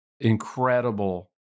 incredible